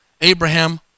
Abraham